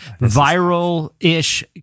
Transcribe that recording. viral-ish